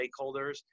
stakeholders